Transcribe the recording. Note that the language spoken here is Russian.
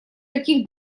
таких